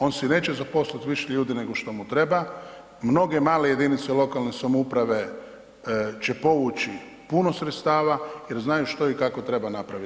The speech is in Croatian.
On si neće zaposlit više ljudi nego što mu treba, mnoge male jedinice lokalne samouprave će povući puno sredstava jer znaju što i kako treba napraviti.